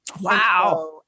Wow